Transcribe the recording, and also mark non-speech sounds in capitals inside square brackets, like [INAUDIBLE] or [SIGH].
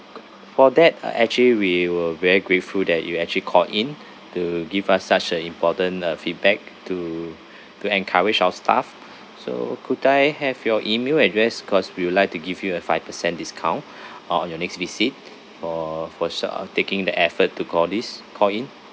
for that uh actually we were very grateful that you actually called in to give us such an important uh feedback to to encourage our staff so could I have your email address cause we would like to give you a five percent discount [BREATH] on your your next visit for for sort of taking the effort to call this call in